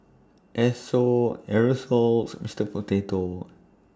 Esso Aerosoles Mister Potato